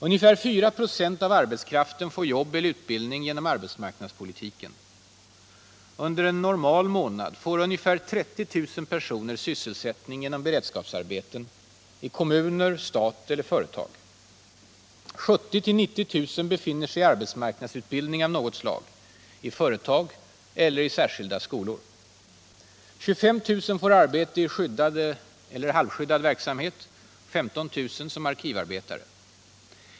Ungefär 4 96 av arbetskraften får jobb eller utbildning genom arbetsmarknadspolitiken. Under en ”normal” månad får ungefär 30 000 personer sysselsättning genom beredskapsarbeten — i kommuner, stat eller företag. 70 000-90 000 befinner sig i arbetsmarknadsutbildning av något slag i företag eller i särskilda skolor. 25 000 får arbete i skyddad eller halvskyddad verksamhet och 15 000 som arkivarbetare.